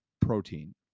protein